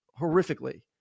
horrifically